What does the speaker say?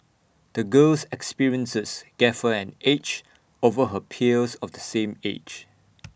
the girl's experiences gave her an edge over her peers of the same age